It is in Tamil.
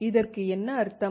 இதற்கு என்ன அர்த்தம்